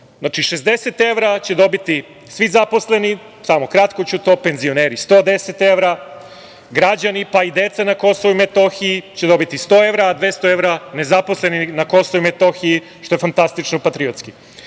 60 evra će dobiti svi zaposleni, samo kratko ću to, penzioneri 110 evra, građani pa i deca na KiM će dobiti 100 evra, a 200 evra nezaposleni na KiM, što je fantastično patriotski. Naravno,